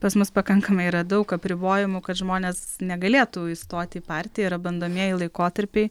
pas mus pakankamai yra daug apribojimų kad žmonės negalėtų įstoti į partiją yra bandomieji laikotarpiai